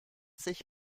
sich